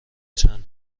چند